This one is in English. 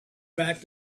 back